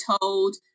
told